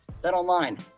BetOnline